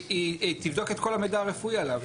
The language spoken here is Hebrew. היא תבדוק את כל המידע הרפואי עליו.